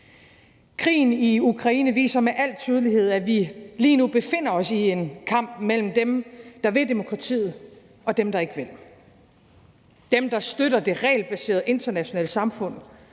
Krigen i Ukraine viser med al tydelighed, at vi lige nu befinder os i en kamp mellem dem, der vil demokratiet, og dem, der ikke vil; dem, der støtter det regelbaserede internationale samfund